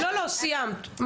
סיימת.